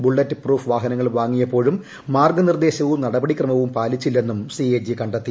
bullet proof വാഹനങ്ങൾ വാങ്ങിയപ്പോഴും മാർഗനിർദ്ദേശവും നടപടിക്രമവും പാലിച്ചില്ലെന്നും സിഎജി കല ത്തി